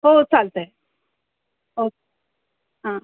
हो चालतं आहे हो हां